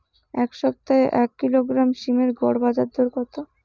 এই সপ্তাহে এক কিলোগ্রাম সীম এর গড় বাজার দর কত?